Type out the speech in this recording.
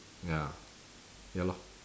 ya ya lor